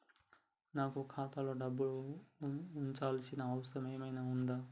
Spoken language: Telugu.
నాకు ఖాతాలో డబ్బులు ఉంచాల్సిన అవసరం ఏమన్నా ఉందా?